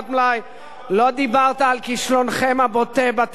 לא דיברת על כישלונכם הבוטה בתהליך המדיני.